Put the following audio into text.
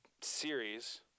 series